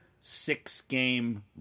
six-game